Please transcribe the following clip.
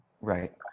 right